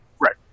Right